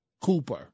Cooper